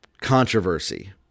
controversy